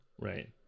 right